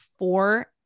Four